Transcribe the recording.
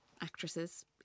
actresses